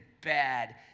bad